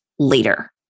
later